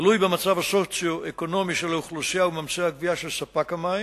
תלוי במצב הסוציו-אקונומי של האוכלוסייה ובמאמצי הגבייה של ספק המים.